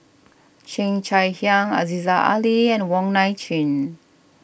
Cheo Chai Hiang Aziza Ali and Wong Nai Chin